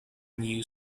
new